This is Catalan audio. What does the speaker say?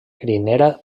crinera